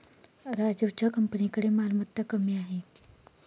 राजीवच्या कंपनीकडे मालमत्ता कमी आहे